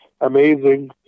amazing